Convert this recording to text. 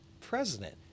president